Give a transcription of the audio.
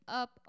up